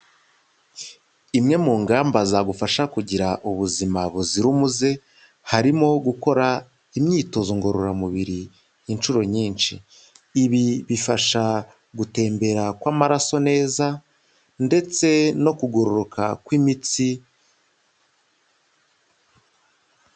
Imwe mu ngamba zagufasha kugira ubuzima buzira umuze harimo gukora imyitozo ngororamubiri inshuro nyinshi ibi bifasha gutembera kw'amaraso neza ndetse no kugororoka kw'imitsi.